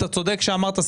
אתה צודק שאמרת,